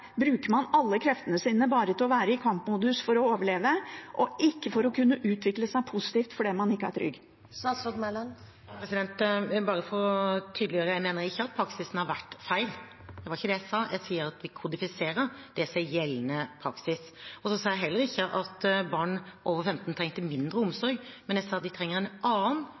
bruker man alle kreftene sine til å være i kampmodus bare for å overleve, og ikke til å kunne utvikle seg positivt – fordi man ikke er trygg. La meg bare få tydeliggjøre: Jeg mener ikke at praksisen har vært feil. Det var ikke det jeg sa. Jeg sier at vi kodifiserer det som er gjeldende praksis. Så sa jeg heller ikke at barn over 15 år trengte mindre omsorg, men jeg sa at de trenger en annen